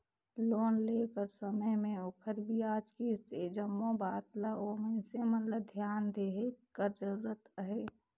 loan लेय कर समे में ओखर बियाज, किस्त ए जम्मो बात ल ओ मइनसे मन ल धियान देहे कर जरूरत अहे